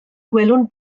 gwelwn